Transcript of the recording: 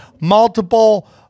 multiple